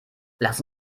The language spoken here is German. lass